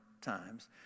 times